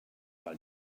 pel